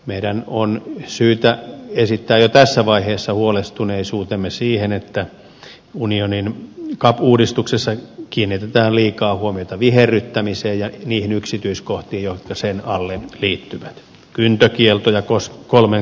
meidän on syytä esittää jo tässä vaiheessa huolestuneisuutemme siitä että unionin cap uudistuksessa kiinnitetään liikaa huomiota viherryttämiseen ja niihin yksityiskohtiin jotka sen alle liittyvät